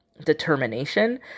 determination